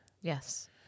Yes